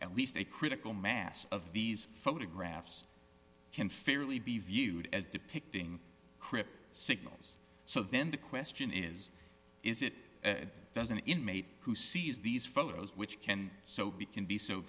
at least a critical mass of these photographs can fairly be viewed as depicting crip signals so then the question is is it does an inmate who sees these photos which can so be can be so